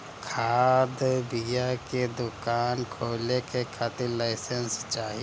खाद बिया के दुकान खोले के खातिर लाइसेंस चाही